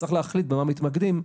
צריך להחליט במה מתמקדים.